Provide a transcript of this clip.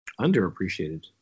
Underappreciated